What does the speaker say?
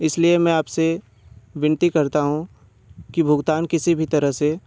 इस लिए मैं आप से विनती करता हूँ कि भुगतान किसी भी तरह से